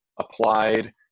applied